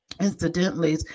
Incidentally